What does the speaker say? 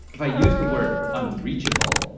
if i use the word unreachable,